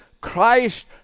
Christ